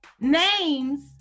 Names